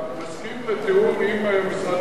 מסכים לתיאום עם המשרד